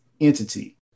entity